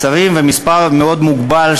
אבל מה אתם